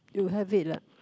you have it lah